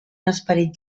esperit